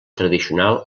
tradicional